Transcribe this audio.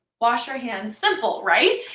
wash your hands, simple, right?